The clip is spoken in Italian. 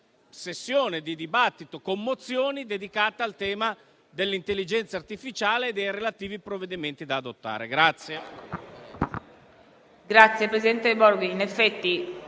sessione di dibattito con mozioni dedicata al tema dell'intelligenza artificiale e ai relativi provvedimenti da adottare.